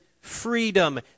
freedom